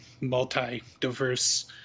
multi-diverse